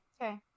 Okay